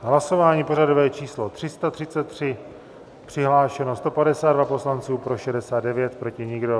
Hlasování pořadové číslo 333, přihlášeno 152 poslanců, pro 69, proti nikdo.